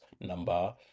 number